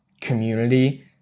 community